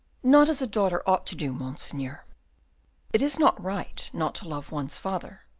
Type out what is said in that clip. not as a daughter ought to do, monseigneur. it is not right not to love one's father,